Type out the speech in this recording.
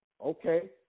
okay